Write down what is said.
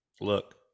look